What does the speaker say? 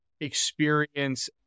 experience